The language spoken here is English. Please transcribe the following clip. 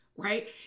Right